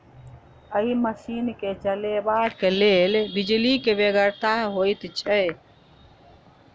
एहि मशीन के चलयबाक लेल बिजलीक बेगरता होइत छै